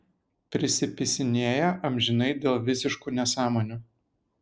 prisipisinėja amžinai dėl visiškų nesąmonių